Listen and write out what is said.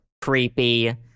creepy